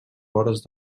vores